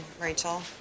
Rachel